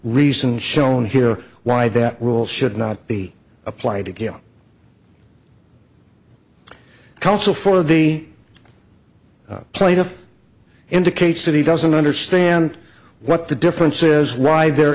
reason shown here why that rule should not be applied to kill counsel for the plaintiff indicates that he doesn't understand what the difference is why there